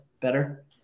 better